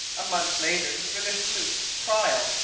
a month later the british sloop trial,